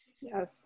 yes